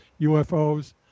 UFOs